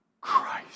Christ